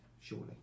surely